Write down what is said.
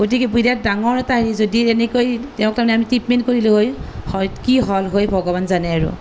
গতিকে বিৰাট ডাঙৰ এটা হেৰি যদি এনেকৈ তেওঁক তাৰ মানে আমি ট্ৰিটমেন্ট কৰিলোঁ হয় হয় কি হ'ল হয় ভগৱান জানে আৰু